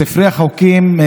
בספרי החוקים,